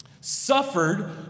suffered